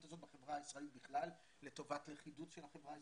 הזאת בחברה הישראלית בכלל לטובת לכידות של החברה הישראלית,